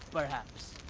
perhaps?